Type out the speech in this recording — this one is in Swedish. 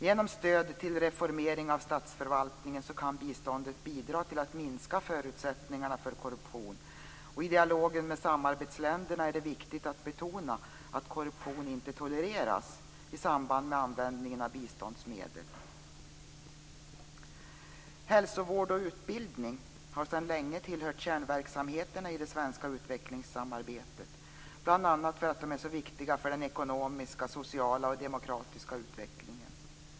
Med hjälp av stöd till reformering av statsförvaltningen kan biståndet bidra till att minska förutsättningarna för korruption, och i dialogen med samarbetsländerna är det viktigt att betona att korruption inte tolereras i samband med användningen av biståndsmedel. Hälsovård och utbildning har sedan länge tillhört kärnverksamheterna i det svenska utvecklingssamarbetet, bl.a. därför att dessa områden är viktiga för den ekonomiska, sociala och demokratiska utvecklingen.